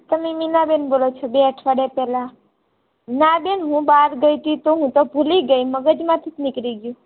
તમે મીના બેન બોલો છો બે અઠવાડિયા પહેલાંના બેન હું બહાર ગઈ હતી તો હું તો ભૂલી ગઈ મગજમાંથી નીકળી ગયું